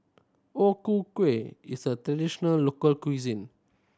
O Ku Kueh is a traditional local cuisine